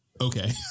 okay